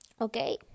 okay